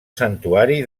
santuari